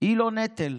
היא לא נטל,